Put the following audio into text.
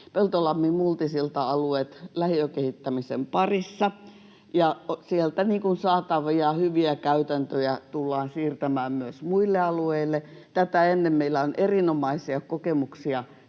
Peltolammin ja Multisillan alueet lähiökehittämisen parissa, ja sieltä saatavia hyviä käytäntöjä tullaan siirtämään myös muille alueille. Tätä ennen meillä on erinomaisia kokemuksia